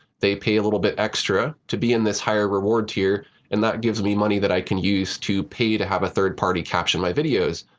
they pay a little bit extra to be in this higher reward tier and that gives me money that i can use to pay to have a third party caption my videos.